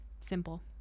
simple